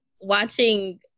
watching